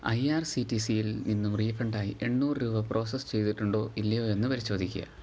I R C T C യിൽ നിന്നും റീഫണ്ടായി എണ്ണൂറ് രൂപ പ്രോസസ്സ് ചെയ്തിട്ടുണ്ടോ ഇല്ലയോ എന്ന് പരിശോധിക്കുക